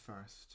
first